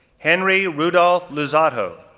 henry rudolph luzzatto,